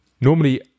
normally